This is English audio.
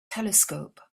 telescope